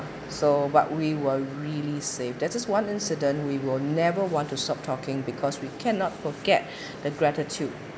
so but we were really saved that's the one incident we will never want to stop talking because we cannot forget the gratitude